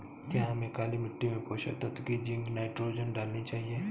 क्या हमें काली मिट्टी में पोषक तत्व की जिंक नाइट्रोजन डालनी चाहिए?